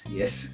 yes